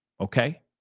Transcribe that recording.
Okay